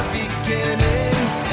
beginning's